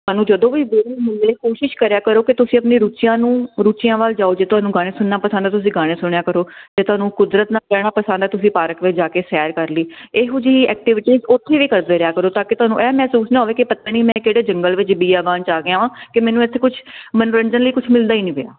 ਸਾਨੂੰ ਜਦੋਂ ਵੀ ਵਿਹਲ ਮਿਲੇ ਕੋਸ਼ਿਸ਼ ਕਰਿਆ ਕਰੋ ਕਿ ਤੁਸੀਂ ਆਪਣੀ ਰੁਚੀਆਂ ਨੂੰ ਰੁਚਿਆਂ ਵੱਲ ਜਾਓ ਜੇ ਤੁਹਾਨੂੰ ਗਾਣੇ ਸੁਣਨਾ ਪਸੰਦ ਤੁਸੀਂ ਗਾਣੇ ਸੁਣਿਆ ਕਰੋ ਤੇ ਤੁਹਾਨੂੰ ਕੁਦਰਤ ਨਾਲ ਰਹਿਣਾ ਪਸੰਦ ਆ ਤੁਸੀਂ ਪਾਰਕ ਵਿੱਚ ਜਾ ਕੇ ਸੈਰ ਕਰ ਲਈ ਇਹੋ ਜਿਹੀ ਐਕਟੀਵਿਟੀ ਉਥੇ ਵੀ ਕਰਦੇ ਰਿਹਾ ਕਰੋ ਤਾਂ ਕਿ ਤੁਹਾਨੂੰ ਇਹ ਮਹਿਸੂਸ ਨਾ ਹੋਵੇ ਕਿ ਪਤਾ ਨਹੀਂ ਮੈਂ ਕਿਹੜੇ ਜੰਗਲ ਵਿੱਚ ਬੀਆਬਾਨ ਚ ਆ ਗਿਆ ਵਾਂ ਕਿ ਮੈਨੂੰ ਇੱਥੇ ਕੁਝ ਮਨੋਰੰਜਨ ਲਈ ਕੁਛ ਮਿਲਦਾ ਹੀ ਨਹੀਂ ਪਿਆ